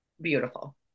beautiful